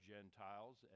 Gentiles